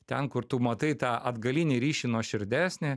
ten kur tu matai tą atgalinį ryšį nuoširdesnį